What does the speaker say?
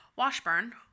Washburn